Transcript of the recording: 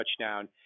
touchdown